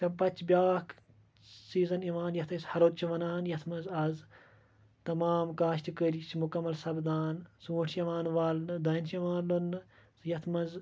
تَمہِ پَتہٕ چھِ بیٚاکھ سیٖزَن یِوان یَتھ أسۍ ہرُد چھِ وَنان یَتھ منٛز آز تَمام کاشتٕکٲری چھِ مُکمل سَپدان ژوٗنٛٹھۍ چھِ یِوان والنہٕ دانہِ چھُ یِوان لوننہٕ تہٕ یَتھ منٛز